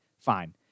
Fine